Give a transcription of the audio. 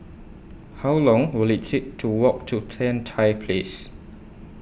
How Long Will IT Take to Walk to Tan Tye Place